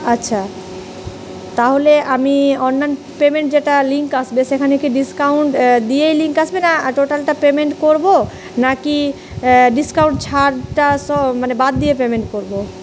আচ্ছা তাহলে আমি অন্যান্য পেমেন্ট যেটা লিঙ্ক আসবে সেখানে কি ডিসকাউন্ট দিয়েই লিঙ্ক আসবে না টোটালটা পেমেন্ট করবো না কি ডিসকাউন্ট ছাড়টা সব মানে বাদ দিয়ে পেমেন্ট করবো